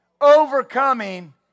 overcoming